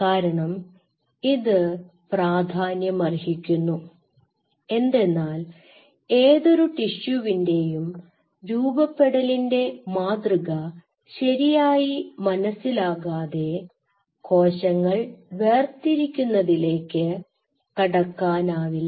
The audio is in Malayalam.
കാരണം ഇത് പ്രാധാന്യമർഹിക്കുന്നു എന്തെന്നാൽ ഏതൊരു ടിഷ്യുവിന്റെയും രൂപപ്പെടലിന്റെ മാതൃക ശരിയായി മനസ്സിലാകാതെ കോശങ്ങൾ വേർതിരിക്കുന്നതിലേക്ക് കടക്കാനാവില്ല